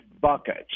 buckets